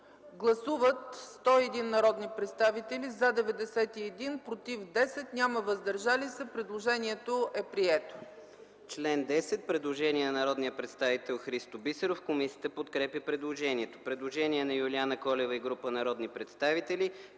Гласували 103 народни представители: за 103, против и въздържали се няма. Предложението е прието.